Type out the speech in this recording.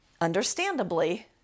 understandably